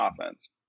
offense